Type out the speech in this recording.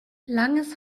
langes